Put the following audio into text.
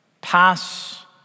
pass